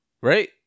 right